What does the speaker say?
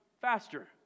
faster